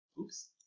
oops